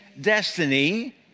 destiny